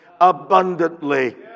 abundantly